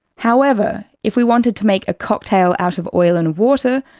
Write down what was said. however, if we wanted to make a cocktail out of oil and water,